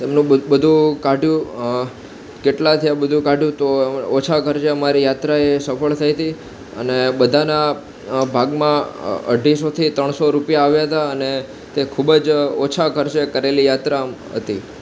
તેમનું બધું કાઢ્યું કેટલા થયા બધું કાઢ્યું તો ઓછા ખર્ચે અમારી યાત્રા એ સફળ થઈ હતી અને બધાના ભાગમાં અઢીસોથી ત્રણસો રૂપિયા આવ્યા હતા અને તે ખૂબ જ ઓછા ખર્ચે કરેલી યાત્રા હતી